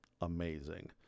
amazing